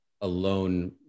alone